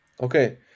okay